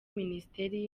minisiteri